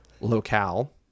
locale